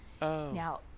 now